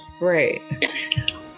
right